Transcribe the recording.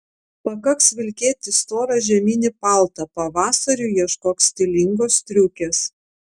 pakaks vilkėti storą žieminį paltą pavasariui ieškok stilingos striukės